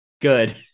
Good